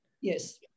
Yes